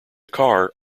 car